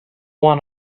one